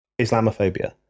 Islamophobia